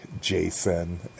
Jason